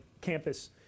campus